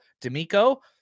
D'Amico